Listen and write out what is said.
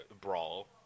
brawl